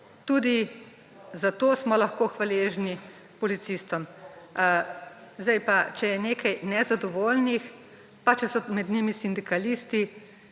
Tudi zato smo lahko hvaležni policistom. Če je pa nekaj nezadovoljnih pa če so med njimi sindikalisti,